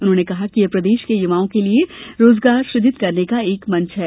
उन्होंने कहा कि यह प्रदेश के युवाओं के लिए रोजगार सूजित करने का एक मंच है